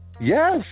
Yes